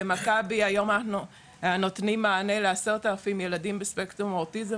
במכבי היום אנחנו נותנים מענה לעשרות אלפי ילדים בספקטרום האוטיזם